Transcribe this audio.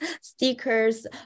stickers